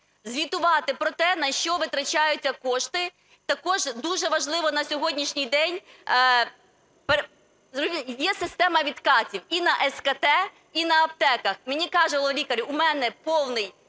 звітувати про те, на що витрачаються кошти. Також дуже важливо на сьогоднішній день… Є система "відкатів" і на СКТ, і на аптеках. Мені каже головний лікар: "У мене повний